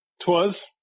twas